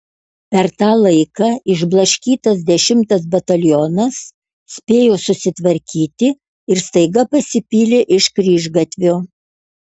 per tą laiką išblaškytas dešimtas batalionas spėjo susitvarkyti ir staiga pasipylė iš kryžgatvio